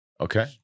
Okay